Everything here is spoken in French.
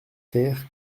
ter